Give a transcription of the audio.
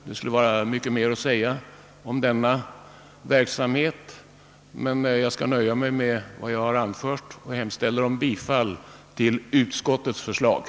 Det finns mycket mer att säga om denna verksamhet, men jag skall nöja mig med vad jag nu har anfört och yrkar bifall till utskottets hemställan.